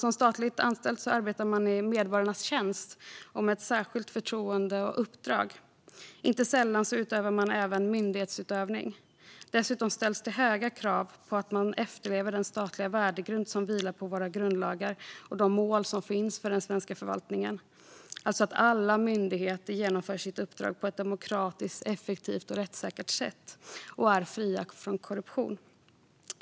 Som statligt anställd arbetar man i medborgarnas tjänst och med ett särskilt förtroende och uppdrag. Inte sällan utövar man även myndighetsutövning. Dessutom ställs höga krav på att man efterlever den statliga värdegrund som vilar på våra grundlagar och de mål som finns för den svenska förvaltningen - alltså att alla myndigheter genomför sitt uppdrag på ett demokratiskt, effektivt och rättssäkert sätt och är fria från korruption.